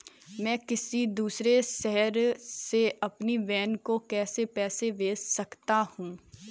मैं किसी दूसरे शहर से अपनी बहन को पैसे कैसे भेज सकता हूँ?